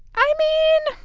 i mean,